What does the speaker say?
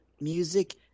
music